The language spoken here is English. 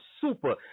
super